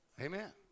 Amen